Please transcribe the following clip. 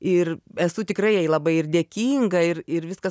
ir esu tikrai jai labai ir dėkinga ir ir viskas